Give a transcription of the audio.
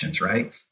right